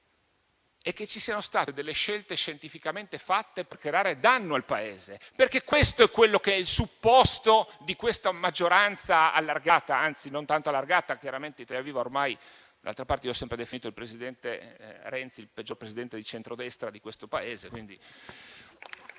è che ci siano state delle scelte scientificamente fatte per creare danno al Paese, perché questo è il presupposto di questa maggioranza allargata, anzi non tanto allargata, d'altra parte ho sempre definito il presidente Renzi il peggior Presidente di centrodestra di questo Paese